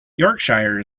yorkshire